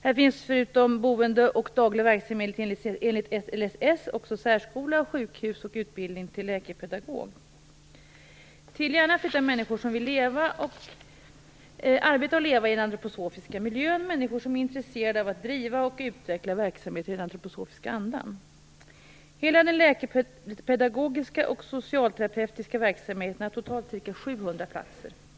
Där finns förutom boende och daglig verksamhet enligt LSS också särskola, sjukhus och utbildning till läkepedagog. Till Järna flyttar människor som vill arbeta och leva i den antroposofiska miljön, människor som är intresserade av att driva och utveckla verksamhet i den antroposofiska andan. Hela den läkepedagogiska och socialterapeutiska verksamheten har totalt ca 700 platser.